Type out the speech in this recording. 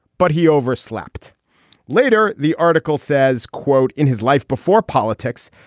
but he overslept later. the article says, quote, in his life before politics,